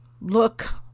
look